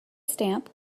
stamp